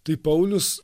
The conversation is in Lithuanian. tai paulius